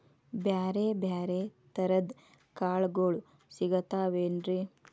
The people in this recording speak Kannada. ಬ್ಯಾರೆ ಬ್ಯಾರೆ ತರದ್ ಕಾಳಗೊಳು ಸಿಗತಾವೇನ್ರಿ?